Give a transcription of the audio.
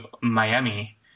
Miami